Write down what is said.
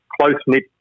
close-knit